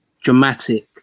dramatic